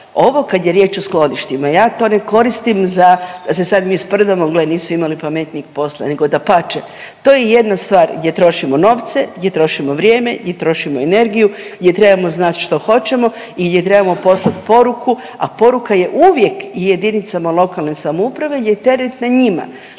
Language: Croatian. Ovo kad je riječ o skloništima, ja to ne koristim za, da se sad mi sprdamo, gle, nisu imali pametnijeg posla, nego dapače, to je jedna stvar gdje trošimo novce, gdje trošimo vrijeme, gdje trošimo energiju, gdje trebamo znati što hoćemo i gdje trebamo poslat poruku, a poruka je uvijek i jedinicama lokalne samouprave je teret na njima.